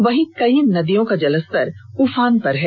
वहीं कई नदियों का जलस्तर उफान पर है